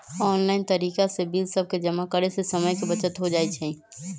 online तरिका से bill सभके जमा करे से समय के बचत हो जाइ छइ